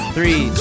Three